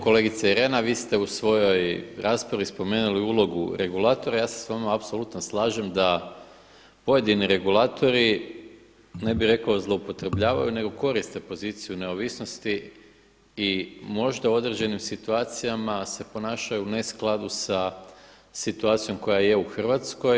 Kolegice Irena, vi ste u svojoj raspravi spomenuli ulogu regulatora i ja se s vama apsolutno slažem da pojedini regulatori ne bi rekao zloupotrebljavaju nego koriste poziciju neovisnosti i možda u određenim situacijama se ponašaju u ne skladu sa situacijom koja je u Hrvatskoj.